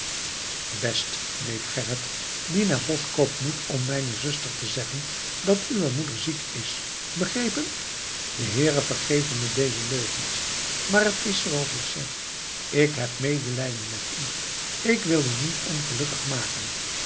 best neef gerrit die naar boskoop moet om mijne zuster te zeggen dat uwe moeder ziek is begrepen de heere vergeve me deze leugens maar het is zooals ik zeg ik heb medelijden met u ik wil u niet ongelukkig maken